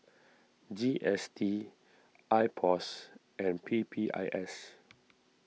G S T I Pos and P P I S